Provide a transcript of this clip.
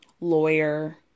lawyer